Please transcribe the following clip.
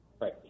Right